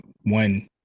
one